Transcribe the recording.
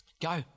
Go